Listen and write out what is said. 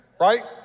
right